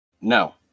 No